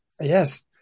Yes